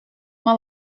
uma